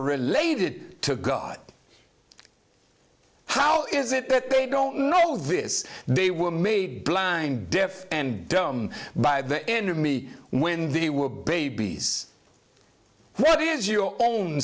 related to god how is it that they don't know this they were made blind deaf and dumb by the enemy when they were babies what is your own